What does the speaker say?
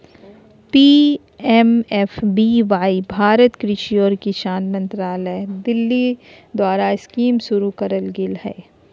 PMFBY Bharat कृषि और किसान कल्याण मंत्रालय दिल्ली द्वारास्कीमशुरू करल गेलय हल